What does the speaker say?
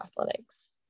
athletics